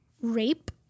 rape